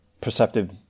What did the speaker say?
perceptive